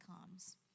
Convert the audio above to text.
comes